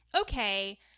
okay